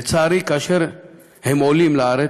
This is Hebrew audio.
לצערי, כאשר הם עולים לארץ,